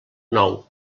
nou